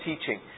teaching